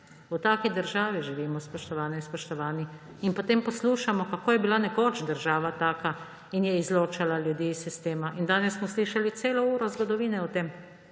V taki državi živimo, spoštovane in spoštovani. In potem poslušamo, kako je bila nekoč država taka in je izločala ljudi iz sistema. Danes smo slišali celo uro zgodovine o tem,